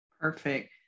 Perfect